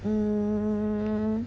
um